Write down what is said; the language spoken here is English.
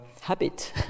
habit